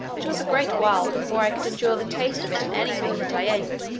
it was a great while before i could endure the taste of it in anything that i ate.